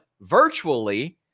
virtually